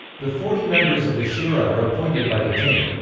the forty members of the shura are appointed by the king.